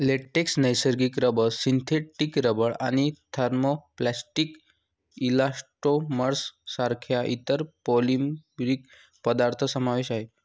latex, नैसर्गिक rubber, synthetic rubber आणि thermoplastic elastomers सारख्या इतर पॉलिमरिक पदार्थ समावेश आहे